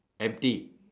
empty